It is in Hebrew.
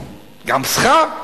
גם שכר,